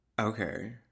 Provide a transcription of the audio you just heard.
Okay